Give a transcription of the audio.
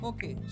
Okay